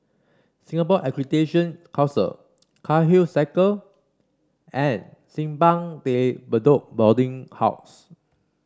Singapore Accreditation Council Cairnhill Circle and Simpang De Bedok Boarding House